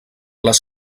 les